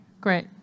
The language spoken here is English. Great